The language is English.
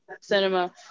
cinema